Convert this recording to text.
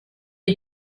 had